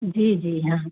जी जी हाँ